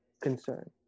concern